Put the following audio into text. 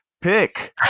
pick